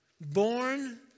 Born